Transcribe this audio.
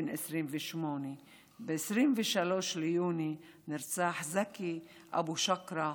בן 28. ב-23 ביוני נרצח זכי אבו שקרה,